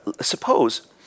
suppose